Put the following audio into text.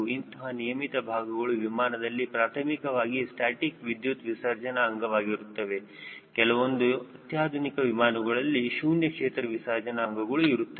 ಇಂತಹ ನಿಯಮಿತ ಭಾಗಗಳು ವಿಮಾನಗಳಲ್ಲಿ ಪ್ರಾರ್ಥಮಿಕವಾದಂತಹ ಸ್ಟಾಸ್ಟಿಕ್ ವಿದ್ಯುತ್ ವಿಸರ್ಜನಾ ಅಂಗವಾಗಿರುತ್ತದೆಕೆಲವೊಂದು ಅತ್ಯಾಧುನಿಕ ವಿಮಾನಗಳಲ್ಲಿ ಶೂನ್ಯ ಕ್ಷೇತ್ರ ವಿಸರ್ಜನಾ ಅಂಗಗಳು ಇರುತ್ತವೆ